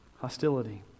hostility